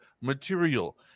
material